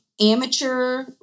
amateur